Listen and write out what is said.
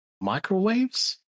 microwaves